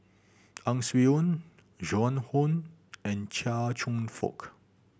Ang Swee Aun Joan Hon and Chia Cheong Fook